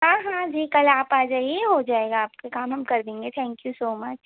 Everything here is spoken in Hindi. हाँ हाँ जी कल आप आ जाइए हो जाएगा आपका काम हम कर देंगे थैंक यू सो मच